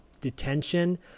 detention